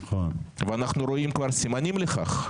ואנחנו רואים כבר סימנים לכך.